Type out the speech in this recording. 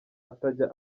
atajya